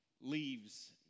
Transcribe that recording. leaves